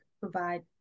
provide